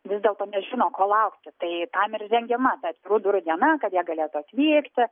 vis dėlto nežino ko laukti tai tam ir rengiama ta atvirų durų diena kad jie galėtų atvykti